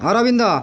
Arvind